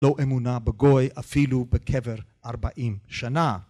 ‫לא אמונה בגוי אפילו בקבר 40 שנה.